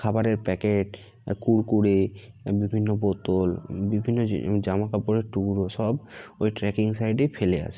খাবারের প্যাকেট কুরকুরে এ বিভিন্ন বোতল বিভিন্ন যে জামা কাপড়ের টুকরো সব ওই ট্রেকিং সাইটে ফেলে আসে